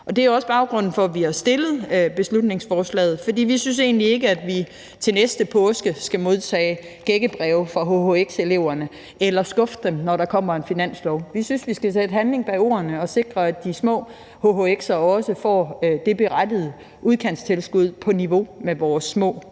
Det er også baggrunden for, at vi har fremsat beslutningsforslaget. Vi synes egentlig ikke, at vi til næste påske skal modtage gækkebreve fra hhx-eleverne eller skuffe dem, når der kommer en finanslov. Vi synes, vi skal sætte handling bag ordene og sikre, at de små hhx'er også får det berettigede udkantstilskud på niveau med vores små